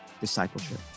discipleship